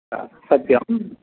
हा सत्यम्